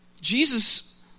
Jesus